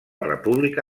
república